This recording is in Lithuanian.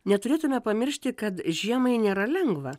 neturėtumėme pamiršti kad žiemai nėra lengva